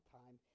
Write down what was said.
time